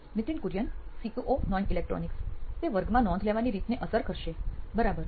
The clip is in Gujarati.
નિથિન કુરિયન સીઓઓ નોઇન ઇલેક્ટ્રોનિક્સ તે વર્ગમાં નોંધ લેવાની રીતને અસર કરશે બરાબર